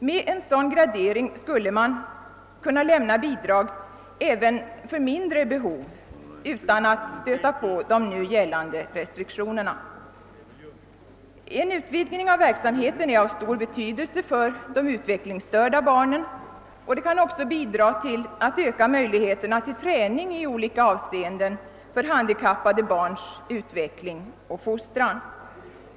Med en sådan gradering skulle man kunna lämna bidrag även för mindre behov utan att stöta på de nu gällande restriktionerna. En utvidgning av verksamheten är av stor betydelse för de utvecklingsstörda barnen och kan också bidra till att öka möjligheterna till träning i olika avseenden för handikappade barns utveckling och fostran.